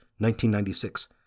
1996